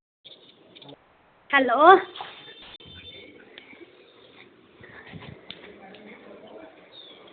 hello